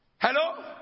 Hello